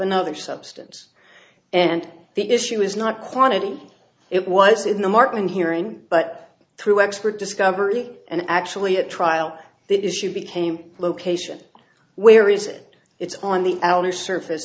another substance and the issue is not quantity it was in the martin hearing but through expert discovery and actually at trial the issue became location where is it it's on the outer surface